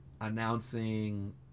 announcing